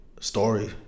story